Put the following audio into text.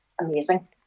amazing